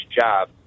job